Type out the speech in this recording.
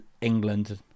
england